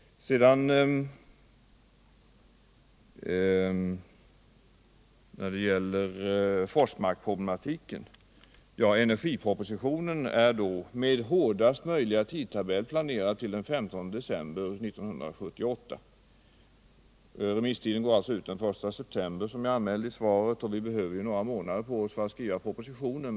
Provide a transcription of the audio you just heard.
Så till Forsmarksproblematiken. Energipropositionen är, med hårdaste möjliga tidtabell, planerad till den 15 december 1978. Remisstiden går alltså ut den I september, som jag anmälde i svaret, och vi behöver några månader på oss för att skriva propositionen.